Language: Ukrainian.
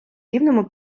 рівними